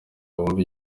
wumva